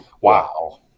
Wow